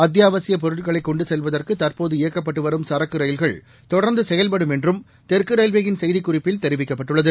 அத்தியாவசியப் பொருட்களை கொண்டு செல்வதற்கு தற்போது இயக்கப்பட்டுவரும் சரக்கு ரயில்கள் தொடர்ந்து செயல்படும் என்றும் தெற்கு ரயில்வேயின் செய்திக்குறிப்பில் தெரிவிக்கப்பட்டுள்ளது